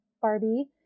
Barbie